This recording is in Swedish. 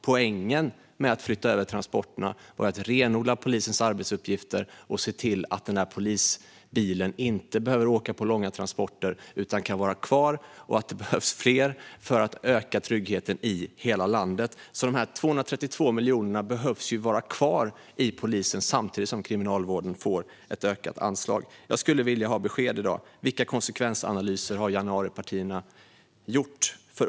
Poängen med att flytta över transporterna var att renodla polisens arbetsuppgifter och se till att den där polisbilen inte behöver ta långa transporter utan kan vara kvar. Och det behövs fler för att öka tryggheten i hela landet. De 232 miljonerna behöver alltså vara kvar hos polisen samtidigt som Kriminalvården får ett ökat anslag. Jag skulle vilja ha besked i dag. Vilka konsekvensanalyser har januaripartierna gjort?